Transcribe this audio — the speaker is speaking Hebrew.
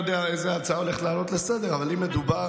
סליחה, סליחה, סליחה, סליחה.